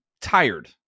tired